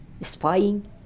spying